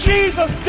Jesus